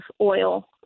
oil